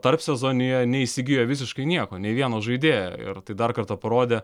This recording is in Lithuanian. tarpsezonyje neįsigijo visiškai nieko nei vieno žaidėjo ir tai dar kartą parodė